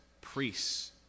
priests